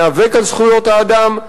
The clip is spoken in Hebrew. ניאבק על זכויות האדם,